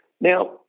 Now